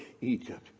Egypt